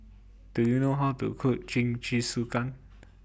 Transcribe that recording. Do YOU know How to Cook Jingisukan